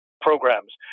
programs